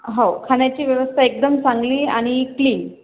हो खाण्याची व्यवस्था एकदम चांगली आणि क्लीन